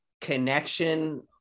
connection